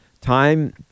Time